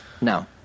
No